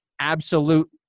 absolute